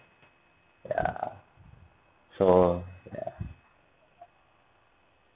ya so ya